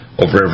over